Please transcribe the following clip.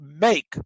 make